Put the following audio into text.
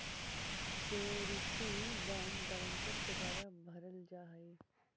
surety bond guarantor के द्वारा भरल जा हइ